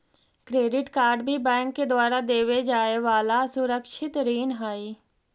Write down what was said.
credit card भी bank के द्वारा देवे जाए वाला असुरक्षित ऋण ही हइ